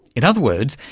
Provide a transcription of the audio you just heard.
in other words,